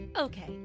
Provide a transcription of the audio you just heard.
Okay